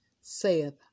saith